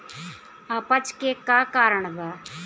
अपच के का कारण बा?